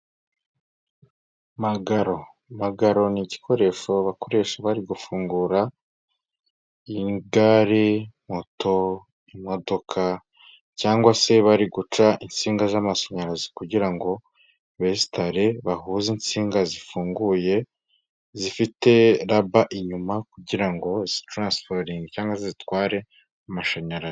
Magaro. Magaro ni igikoresho bakoresha bari gufungura igare, moto, imodoka cyangwa se bari guca insinga z'amashanyarazi, kugira ngo bensitare, bahuze insinga zifunguye, zifite raba inyuma kugira ngo zitaransiforinge cyangwa zitware amashanyarazi.